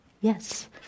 Yes